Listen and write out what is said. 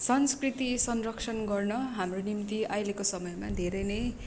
संस्कृति संरक्षण गर्न हाम्रो निम्ति अहिलेको समयमा धेरै नै